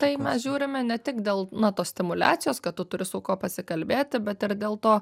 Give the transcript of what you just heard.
tai mes žiūrime ne tik dėl na tos stimuliacijos kad tu turi su kuo pasikalbėti bet ir dėl to